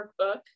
workbook